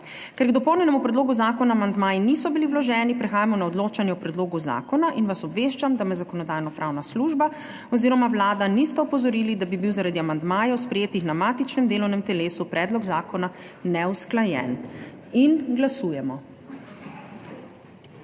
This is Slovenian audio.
Ker k dopolnjenemu predlogu zakona amandmaji niso bili vloženi, prehajamo na odločanje o predlogu zakona. Obveščam vas, da me Zakonodajno-pravna služba oziroma Vlada nista opozorili, da bi bil zaradi amandmajev, sprejetih na matičnem delovnem telesu, predlog zakona neusklajen. Glasujemo.